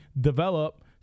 develop